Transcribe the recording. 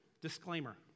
Disclaimer